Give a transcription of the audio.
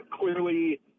clearly